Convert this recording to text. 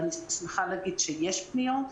ואני שמחה להגיד שיש פניות,